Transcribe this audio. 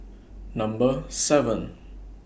Number seven